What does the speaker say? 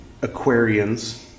Aquarians